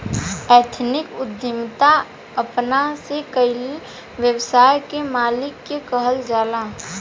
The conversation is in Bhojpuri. एथनिक उद्यमिता अपना से कईल व्यवसाय के मालिक के कहल जाला